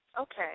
Okay